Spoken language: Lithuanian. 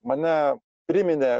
mane priminė